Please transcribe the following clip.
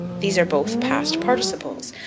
these are both past participles,